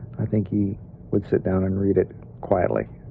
i think he would sit down and read it quietly.